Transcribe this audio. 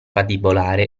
patibolare